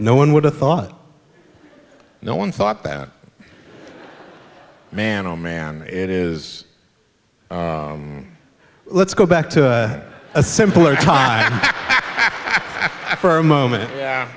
no one would have thought no one thought that man oh man it is let's go back to a simpler time for a moment yeah